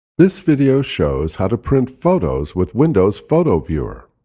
this video shows how to print photos with windows photo viewer.